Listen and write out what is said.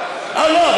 אני לא מדבר על,